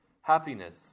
Happiness